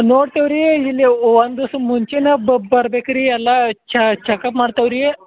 ನೋಡ್ತೇವೆ ರೀ ಇಲ್ಲಿ ಒಂದು ದಿವ್ಸದ ಮುಂಚೆನೇ ಬರ್ಬೇಕು ರೀ ಎಲ್ಲ ಚಕಪ್ ಮಾಡ್ತೇವ್ ರೀ